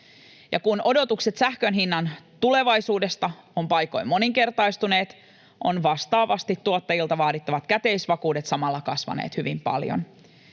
Kun odotukset sähkön hinnan tulevaisuudesta ovat paikoin moninkertaistuneet, ovat vastaavasti tuottajilta vaadittavat käteisvakuudet samalla kasvaneet hyvin paljon.